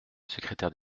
secrétaire